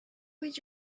with